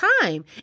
time